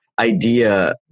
idea